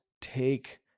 take